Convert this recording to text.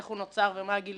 איך הוא נוצר ומה הגלגול,